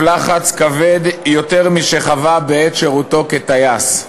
לחץ כבד יותר משחווה בעת שירותו כטייס.